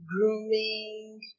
grooming